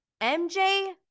MJ